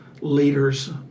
leaders